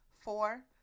Four